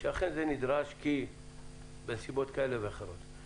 שאכן זה נדרש כי בנסיבות כאלה ואחרות.